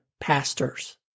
pastors